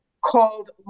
called